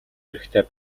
хэрэгтэй